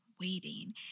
waiting